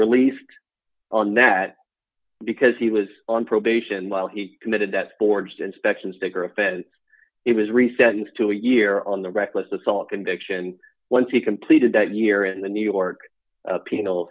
released on that because he was on probation while he committed that forged inspection sticker offense it was reset to a year on the reckless assault conviction once he completed that year in the new york penal